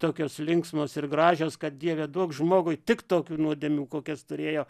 tokios linksmos ir gražios kad dieve duok žmogui tik tokių nuodėmių kokias turėjo